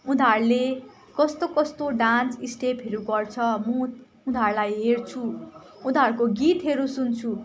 उनीहरूले कस्तो कस्तो डान्स स्टेपहरू गर्छ म उनीहरूलाई हेर्छु उनीहरूको गीतहरू सुन्छु